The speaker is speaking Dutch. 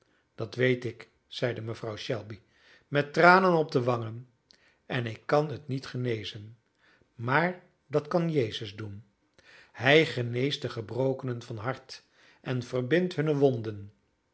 dat weet ik zeide mevrouw shelby met tranen op de wangen en ik kan het niet genezen maar dat kan jezus doen hij geneest de gebrokenen van hart en verbindt hunne wonden